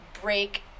break